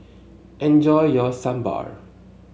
enjoy your Sambar